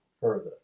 further